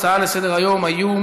הצעה לסדר-היום